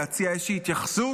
להציע איזושהי התייחסות?